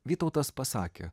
vytautas pasakė